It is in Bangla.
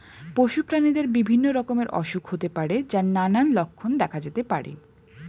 পশু প্রাণীদের বিভিন্ন রকমের অসুখ হতে পারে যার নানান লক্ষণ দেখা যেতে পারে